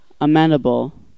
amenable